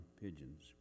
pigeons